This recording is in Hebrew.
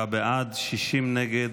47 בעד, 60 נגד.